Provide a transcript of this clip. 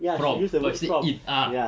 from but you said in ah